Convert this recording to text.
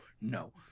No